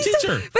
teacher